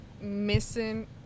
missing